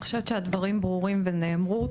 אני חושבת שהדברים ברורים ונאמרו.